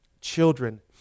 children